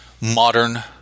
modern